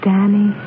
Danny